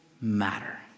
matter